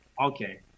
Okay